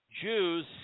Jews